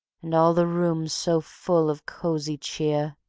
and all the room so full of cozy cheer.